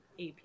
AP